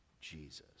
Jesus